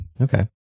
okay